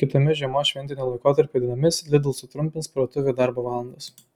kitomis žiemos šventinio laikotarpio dienomis lidl sutrumpins parduotuvių darbo valandas